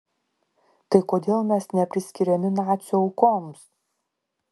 tai kodėl mes nepriskiriami nacių aukoms